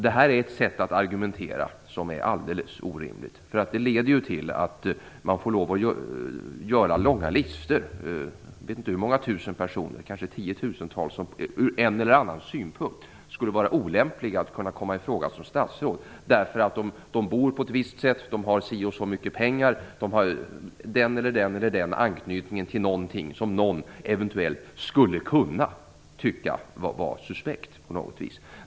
Det är ett sätt att argumentera som är alldeles orimligt. Det leder till att man får göra långa listor. Jag vet inte hur många tusen personer - kanske tiotusentals - som ur en eller annan synpunkt skulle vara olämpliga att komma ifråga som statsråd därför att de bor på ett visst sätt, har si eller så mycket pengar eller har en eller annan anknytning till någonting som någon eventuellt skulle kunna tycka vara suspekt på något vis.